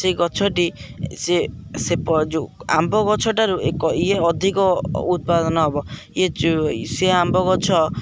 ସେଇ ଗଛଟି ସେ ସେ ଯେଉଁ ଆମ୍ବ ଗଛଠାରୁ ଏକ ଇଏ ଅଧିକ ଉତ୍ପାଦନ ହବ ଇଏ ସେ ଆମ୍ବ ଗଛ